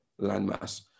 landmass